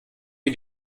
wie